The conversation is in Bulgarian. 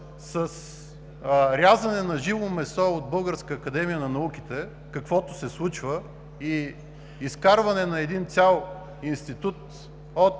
с рязане на живо месо от Българската академия на науките, каквото се случва, и изкарване на един цял институт от